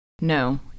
No